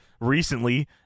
recently